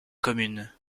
commune